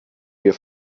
wir